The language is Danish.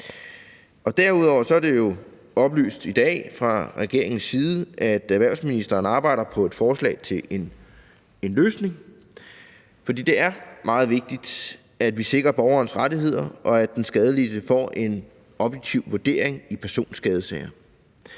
Derudover er det jo oplyst i dag fra regeringens side, at erhvervsministeren arbejder på et forslag til en løsning. For det er meget vigtigt, at vi sikrer borgerens rettigheder, og at den skadelidte får en objektiv vurdering i personskadesager.